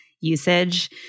usage